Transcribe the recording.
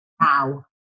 now